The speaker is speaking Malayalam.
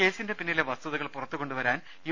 കേസിന്റെ പിന്നിലെ വസ്തുതകൾ പുറത്തുകൊണ്ടുവരാൻ യു